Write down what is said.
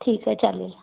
ठीक आहे चालेल